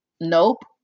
Nope